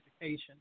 education